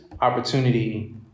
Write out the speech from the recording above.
opportunity